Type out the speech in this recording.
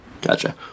Gotcha